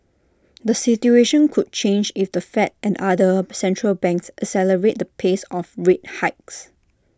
the situation could change if the fed and other obcentral banks accelerate the pace of rate hikes